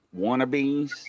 wannabes